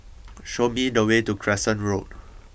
show me the way to Crescent Road